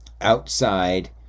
outside